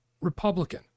Republican